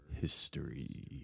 history